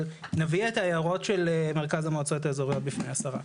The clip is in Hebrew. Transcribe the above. אבל נביא את ההערות של מרכז המועצות האזוריות בפני השרה.